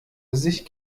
sich